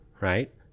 right